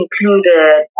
included